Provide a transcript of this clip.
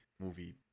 movie